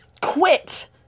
quit